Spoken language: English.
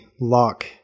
lock